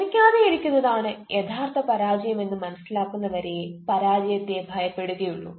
ശ്രമിക്കാതെയിരിക്കുന്നത് ആണ് യഥാർത്ഥ പരാജയം എന്ന് മനസ്സിലാക്കുന്ന വരെയേ പരാജയത്തെ ഭയപ്പെടുകയുള്ളു